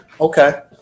okay